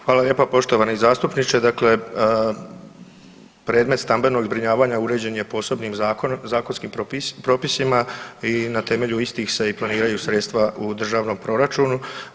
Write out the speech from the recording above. Hvala lijepa poštovani zastupniče, dakle predmet stambenog zbrinjavanja uređen je posebnim zakonskim propisima i na temelju istih se i planiraju sredstava u državnom proračunu.